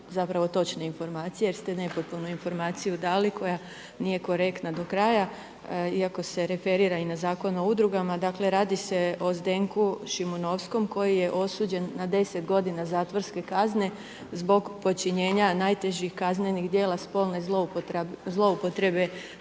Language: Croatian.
zapravo točne informacije jer ste nepotpunu informaciju dali koja nije korektna do kraja iako se referira i na zakon o udrugama. Dakle radi se o Zdenku Šimunovskom koji je osuđen na 10 godina zatvorske kazne zbog počinjenja najtežih kaznenih djela spolne zloupotrebe